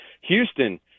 Houston